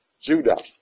Judah